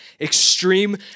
Extreme